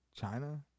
China